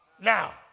now